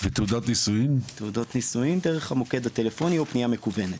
תעודות נישואין דרך המוקד הטלפוני או פנייה מקוונת.